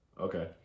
Okay